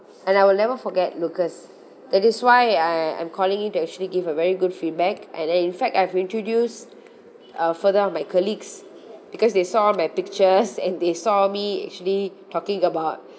and I will never forget lucas that is why I I am calling you to actually give a very good feedback and then in fact I've introduced uh further on my colleagues because they saw all my pictures and they saw me actually talking about